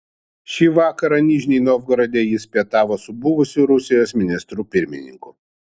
šį vakarą nižnij novgorode jis pietavo su buvusiu rusijos ministru pirmininku